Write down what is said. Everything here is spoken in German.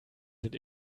sind